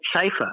safer